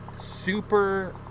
Super